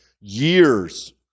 years